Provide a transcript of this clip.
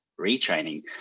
retraining